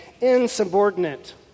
insubordinate